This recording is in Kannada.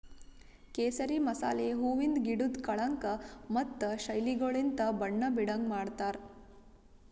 ಕೇಸರಿ ಮಸಾಲೆ ಹೂವಿಂದ್ ಗಿಡುದ್ ಕಳಂಕ ಮತ್ತ ಶೈಲಿಗೊಳಲಿಂತ್ ಬಣ್ಣ ಬೀಡಂಗ್ ಮಾಡ್ತಾರ್